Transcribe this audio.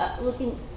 looking